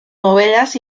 novelas